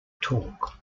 talk